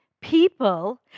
people